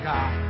God